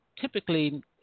typically